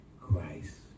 Christ